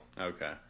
okay